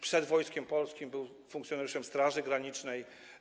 Przed Wojskiem Polskim był funkcjonariuszem w Straży Granicznej.